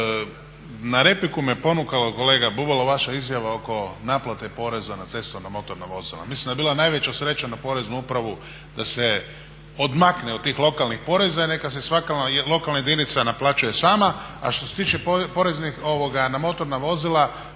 Na repliku me ponukalo kolega Bubalo vaša izjava oko naplate poreza na cestovna motorna vozila. Mislim da bi bila najveća sreća na poreznu upravu da se odmakne od tih lokalnih poreza i neka si svaka lokalna jedinica naplaćuje sama. A što se tiče poreza na motorna vozila